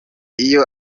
iyo